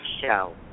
show